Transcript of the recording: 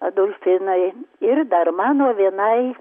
adolfinai ir dar mano vienai